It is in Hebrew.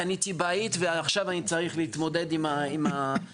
קניתי בית ועכשיו אני צריך להתמודד עם הקושי.